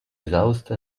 esausta